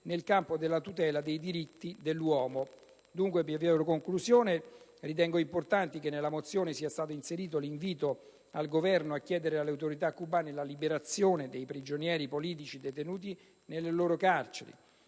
nel campo della tutela dei diritti dell'uomo. Dunque, ritengo importante che nella mozione sia stato inserito l'invito al Governo a chiedere alle autorità cubane la liberazione dei prigionieri politici detenuti nelle loro carceri.